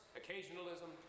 occasionalism